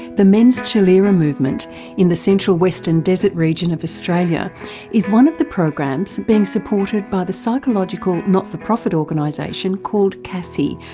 the men's tjilirra movement in the central western desert region of australia is one of the programs being supported by the psychological not-for-profit organisation called casse,